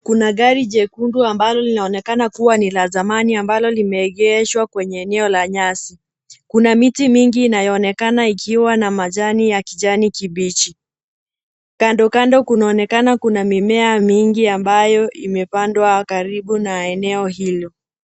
Kuna gari jekundu ambalo linaonekana kuwa ni la zamani ambalo limeegeshwa kwenye eneo la nyasi. Kuna miti mingi inayoonekana ikiwa na majani ya kijani kibichi. Kando kando kunaonekana kuna mimea mingi ambayo imepandwa karibu na eneo hilo.